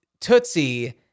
Tootsie